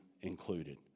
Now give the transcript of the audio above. included